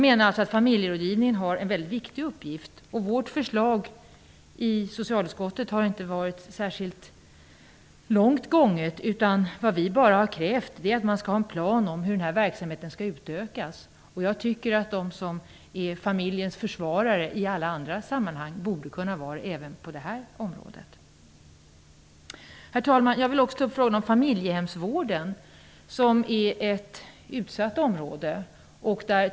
Familjerådgivningen har alltså en väldigt viktig uppgift. Vårt förslag i socialutskottet har inte varit särskilt långtgående, utan vi har bara krävt en plan om hur denna verksamhet skall utökas. De som är familjens försvarare i alla andra sammanhang borde kunna vara det även på detta område. Herr talman! Jag vill också ta upp frågan om familjehemsvården, som är ett utsatt område.